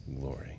glory